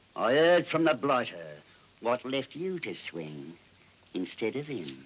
heard from the blighter what left you to swing instead of him.